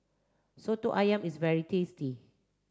Soto Ayam is very tasty